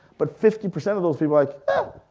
but fifty percent of those people are like, ah,